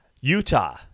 Utah